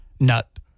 Nut